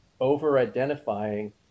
over-identifying